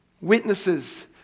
witnesses